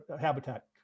habitat